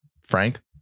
Frank